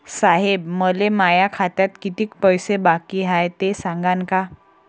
साहेब, मले माया खात्यात कितीक पैसे बाकी हाय, ते सांगान का?